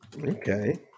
Okay